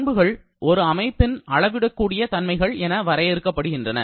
பண்புகள் ஒரு அமைப்பின் அளவிடக்கூடிய தன்மைகள் என வரையறுக்கப்படுகின்றன